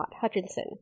Hutchinson